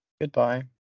Goodbye